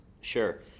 Sure